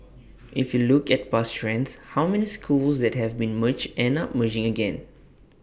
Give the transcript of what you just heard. if you look at past trends how many schools that have been merged end up merging again